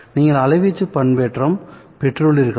நீங்கள் அலைவீச்சு பண்பேற்றம் பெற்றுள்ளீர்களா